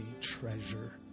treasure